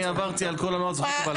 אני עברתי על כל הנוסח, יודע אותו בעל פה.